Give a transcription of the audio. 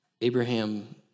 Abraham